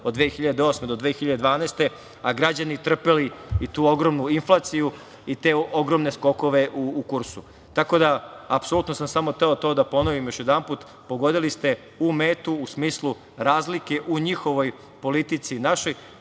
od 2008. do 2012. godine, a građani trpeli i tu ogromnu inflaciju, i te ogromne skokove u kursu. Tako da, apsolutno sam samo hteo to da ponovim još jednom, pogodili ste u metu u smislu razlike u njihovoj politici i našoj,